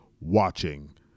watching